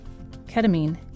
Ketamine